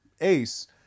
Ace